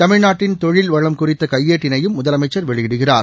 தமிழ்நாட்டின் தொழில் வளம் குறித்த கையேட்டினையும் முதலமைச்சர் வெளியிடுகிறார்